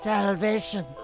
Salvation